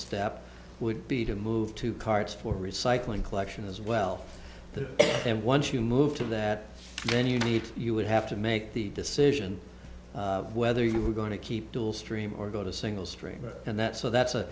step would be to move to carts for recycling collection as well and once you move to that then you need you would have to make the decision whether you are going to keep dual stream or go to single stream and that's so that's a